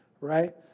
right